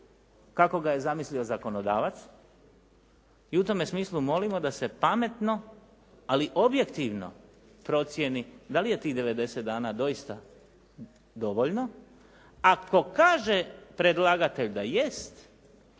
kako ga je zamislio zakonodavac i u tome smislu molimo da se pametno ali objektivno procijeni da li je tih 90 dana doista dovoljno? Ako kaže predlagatelj da jest